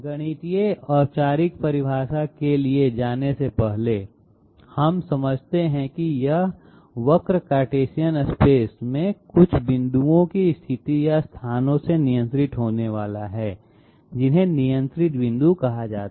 गणितीय औपचारिक परिभाषा के लिए जाने से पहले हम समझते हैं कि यह वक्र कार्टेशियन स्पेस में कुछ बिंदुओं की स्थिति या स्थानों से नियंत्रित होने वाला है जिन्हें नियंत्रित बिंदु कहा जाता है